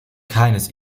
keines